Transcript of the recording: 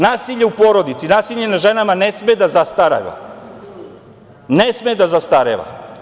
Nasilje u porodici, nasilje nad ženama ne sme da zastareva, ne sme da zastareva.